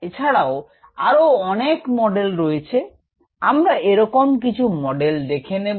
এছাড়াও আরো অনেক মডেল রয়েছে আমরা এরকম কিছু মডেল দেখে নেব